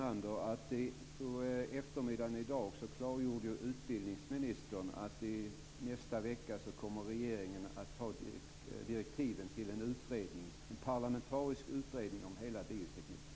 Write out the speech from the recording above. Herr talman! Jag vill bara säga till Lennart Brunander att utbildningsministern i dag på eftermiddagen klargjorde att regeringen nästa vecka kommer att anta direktiven till en parlamentarisk utredning om hela biotekniken.